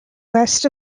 west